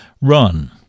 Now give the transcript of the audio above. Run